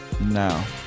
Now